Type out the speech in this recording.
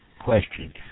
question